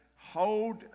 hold